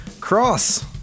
cross